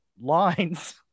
lines